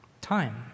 time